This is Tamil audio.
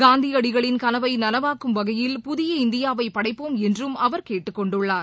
காந்தியடிகளின் கனவை நனவாக்கும் வகையில் புதிய இந்தியாவை படைப்போம் என்றும் அவர் கேட்டுக் கொண்டுள்ளார்